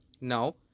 Now